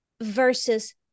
versus